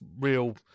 real